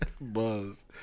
Buzz